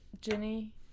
Jenny